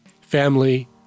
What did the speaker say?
Family